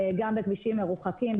גם בכבישים מרוחקים,